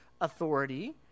authority